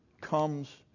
comes